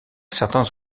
certains